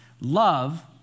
Love